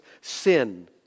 sin